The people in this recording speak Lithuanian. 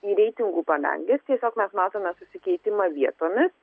į reitingų padanges tiesiog mes matome susikeitimą vietomis